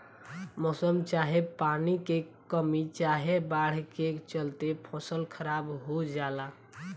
मौसम चाहे पानी के कमी चाहे बाढ़ के चलते फसल खराब हो जला